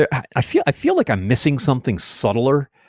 i feel i feel like i'm missing something subtler.